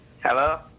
Hello